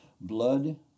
Blood